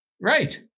right